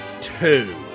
Two